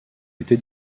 été